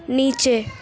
نیچے